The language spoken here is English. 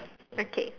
okay